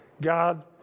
God